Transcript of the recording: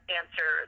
answer